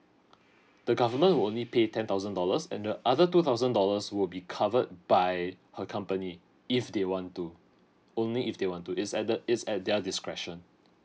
the government will only pay ten thousand dollars and the other two thousand dollars will be covered by her company if they want to only if they want to is add the is at their discretion